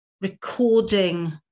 recording